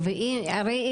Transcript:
הרי,